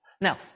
Now